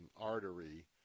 artery